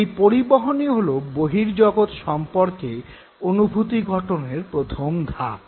এই পরিবহণই হল বহির্জগৎ সম্পর্কে অনুভূতি গঠনের প্রথম ধাপ